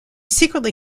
secretly